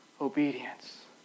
obedience